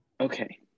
Okay